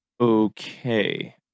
Okay